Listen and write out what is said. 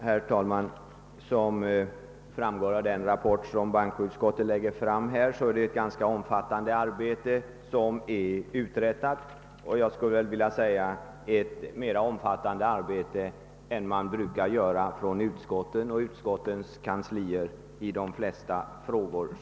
Herr talman! Såsom framgår av den rapport som bankoutskottet nu lägger fram är det ett ganska omfattande arbete som har uträttats — mera omfattande än vad utskotten och deras kans lier presterar i de flesta frågor.